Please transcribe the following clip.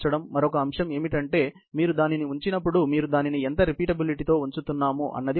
మరొక అంశం ఏమిటంటే మీరు దానిని ఉంచినప్పుడు మీరు దానిని ఎంత రిపీటబిలిటీ తో ఉంచుతున్నాం అన్నది ప్రశ్న